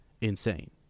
insane